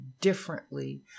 differently